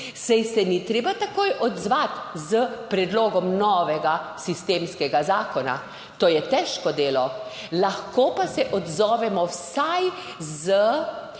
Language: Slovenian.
Saj se ni treba takoj odzvati s predlogom novega sistemskega zakona, to je težko delo, lahko pa se odzovemo vsaj s